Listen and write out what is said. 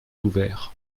ouvert